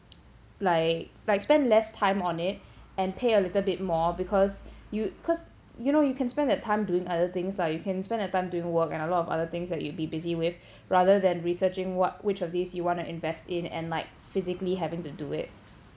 like like spend less time on it and pay a little bit more because you because you know you can spend that time doing other things lah you can spend that time doing work and a lot of other things that you'll be busy with rather than researching what which of these you want to invest in and like physically having to do it